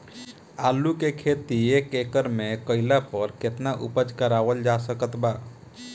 आलू के खेती एक एकड़ मे कैला पर केतना उपज कराल जा सकत बा?